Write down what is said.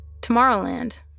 Tomorrowland